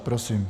Prosím.